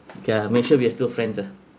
okay lah make sure we're still friends ah